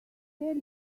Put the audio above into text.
tell